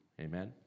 Amen